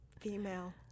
female